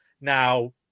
Now